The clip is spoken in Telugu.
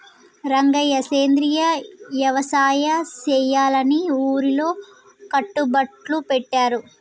రంగయ్య సెంద్రియ యవసాయ సెయ్యాలని ఊరిలో కట్టుబట్లు పెట్టారు